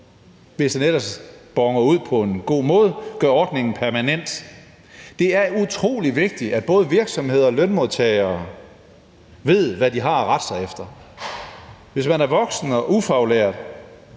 hvis den ellers boner ud på en god måde, gøre ordningen permanent. Det er utrolig vigtigt, at både virksomheder og lønmodtagere ved, hvad de har at rette sig efter. Hvis man er voksen og ufaglært,